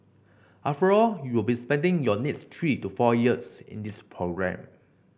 after all you will be spending your next three to four years in this programme